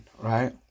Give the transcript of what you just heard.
Right